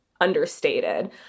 understated